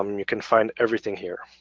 um and you can find everything here.